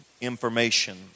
information